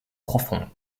profonde